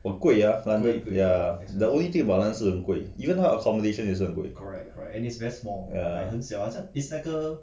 很贵啊 london yeah the only thing about london 是很贵 even 他的 accommodation 也是很贵 ya